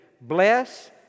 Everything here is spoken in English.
Bless